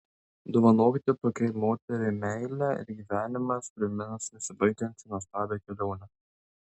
dovanokite tokiai moteriai meilę ir gyvenimas primins nesibaigiančią nuostabią kelionę